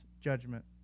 judgment